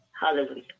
Hallelujah